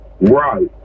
Right